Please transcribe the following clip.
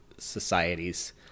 societies